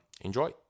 Enjoy